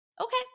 okay